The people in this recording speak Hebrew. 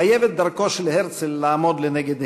חייבת דרכו של הרצל לעמוד לנגד עינינו.